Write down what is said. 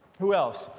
who else?